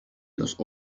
los